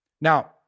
Now